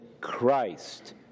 Christ